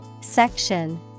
Section